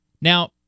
Now